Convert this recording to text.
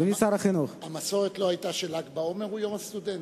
אדוני שר החינוך המסורת לא היתה של"ג בעומר הוא יום הסטודנט?